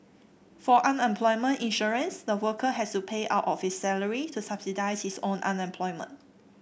for unemployment insurance the worker has to pay out of his salary to subsidise his own unemployment